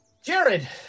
Jared